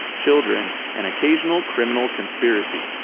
children and occasional criminal conspiracy,